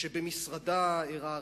שבמשרדה אירע הרצח.